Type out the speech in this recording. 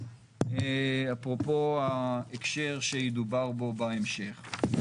אפרופו ההקשר שידובר בו בהמשך.